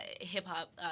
hip-hop